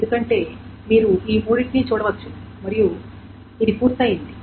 ఎందుకంటే మీరు ఈ మూడిటిని చూడవచ్చు మరియు ఇది పూర్తయింది